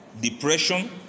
depression